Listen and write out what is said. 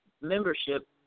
membership